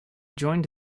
joined